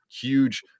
huge